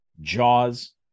Jaws